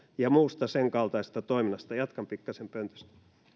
ja muusta senkaltaisesta toiminnasta jatkan pikkasen pöntöstä